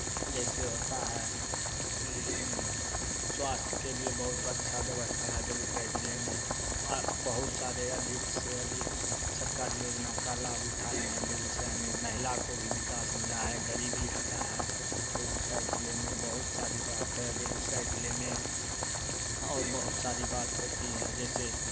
जैसे होता है स्वास्थ के लिए बहुत अच्छा व्यवस्था है बेगूसराय ज़िले में बहुत सारे अधिक से अधिक सरकारी योजना का लाभ उठाएँ बेगूसराय में महिला को भी विकास मिला है गरीबी हटा है बेगूसराय जिले में बहुत सारी बात है बेगूसराय जिले में और बहुत सारी बात होती है जैसे